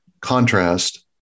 contrast